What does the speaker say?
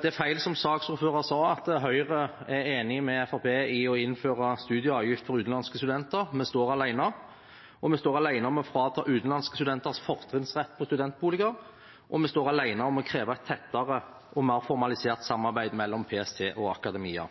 Det er feil, det som saksordfører sa om at Høyre er enig med Fremskrittspartiet i å innføre studieavgift for utenlandske studenter – vi står alene. Vi står alene om å frata utenlandske studenter fortrinnsrett på studentboliger, og vi står alene om å kreve et tettere og mer formalisert samarbeid mellom PST og akademia.